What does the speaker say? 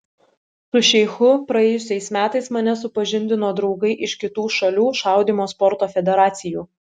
su šeichu praėjusiais metais mane supažindino draugai iš kitų šalių šaudymo sporto federacijų